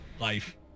life